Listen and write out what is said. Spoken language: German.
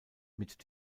mit